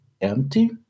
empty